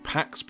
Pax